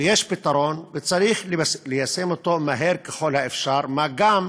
ויש פתרון, וצריך ליישם אותו מהר ככל האפשר, מה גם